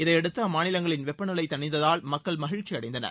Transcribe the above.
இதனையடுத்து அம்மாநிலங்களின் வெப்ப நிலை தணிந்ததால் மக்கள் மகிழ்ச்சி அடைந்தனர்